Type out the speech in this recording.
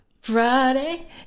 Friday